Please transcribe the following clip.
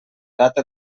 data